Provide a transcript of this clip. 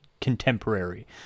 contemporary